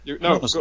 No